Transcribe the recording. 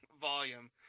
volume